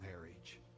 marriage